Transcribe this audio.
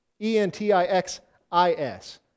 E-N-T-I-X-I-S